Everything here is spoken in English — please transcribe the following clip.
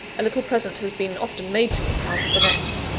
a little present has been often made to me, out of the nets.